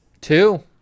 Two